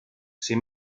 sei